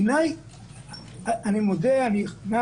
אז בעיני אין מקום